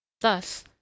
Thus